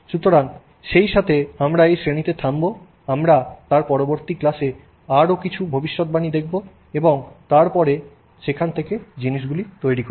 সুতরাং সেই সাথে আমরা এই শ্রেণিতে থামব আমরা তার পরবর্তী ক্লাসে তার আরও কিছু ভবিষ্যদ্বাণী দেখব এবং তারপরে সেখান থেকে জিনিসগুলি তৈরি করব